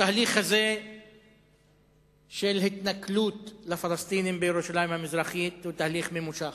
התהליך הזה של התנכלות לפלסטינים בירושלים המזרחית הוא תהליך ממושך.